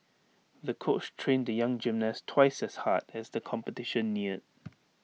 the coach trained the young gymnast twice as hard as the competition neared